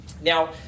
Now